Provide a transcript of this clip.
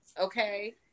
Okay